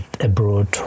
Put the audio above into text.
abroad